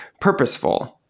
purposeful